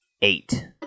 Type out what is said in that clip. eight